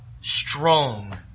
strong